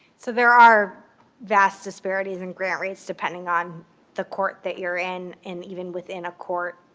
so there are vast disparities in grant rates depending on the court that you're in and, even within a court,